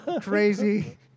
crazy